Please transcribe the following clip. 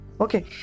Okay